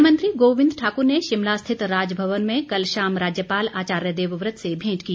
one मंत्री गोविन्द ठाकुर ने शिमला स्थित राजभवन में कल शाम राज्यपाल आचार्य देवव्रत से भेंट की